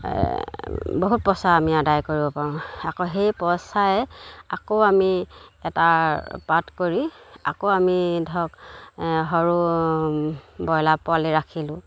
বহুত পইচা আমি আদায় কৰিব পাৰোঁ আকৌ সেই পইচাৰে আকৌ আমি এটাৰ পাৰ্ট কৰি আকৌ আমি ধৰক সৰু ব্ৰইলাৰ পোৱালি ৰাখিলোঁ